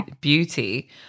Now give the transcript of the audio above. beauty